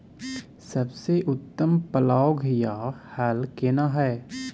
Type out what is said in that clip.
सबसे उत्तम पलौघ या हल केना हय?